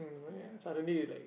suddenly it's like